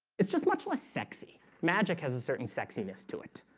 it's just much less sexy magic has a certain sexiness to it,